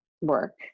work